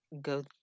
go